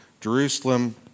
Jerusalem